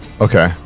okay